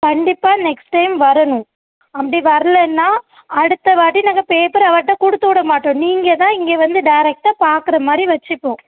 கண்டிப்பாக next time வரணும் அப்படி வரலைன்னா அடுத்த வாட்டி நாங்கள் பேப்பரை அவள்ட்ட கொடுத்து விட மாட்டோம் நீங்கள் தான் இங்கே வந்து டேரெக்டாக பார்க்குற மாதிரி வெச்சுக்குவோம்